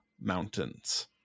Mountains